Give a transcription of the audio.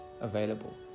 available